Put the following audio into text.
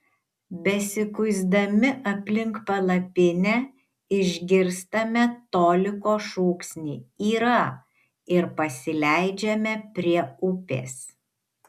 besikuisdami aplink palapinę išgirstame toliko šūksnį yra ir pasileidžiame prie upės